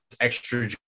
Extra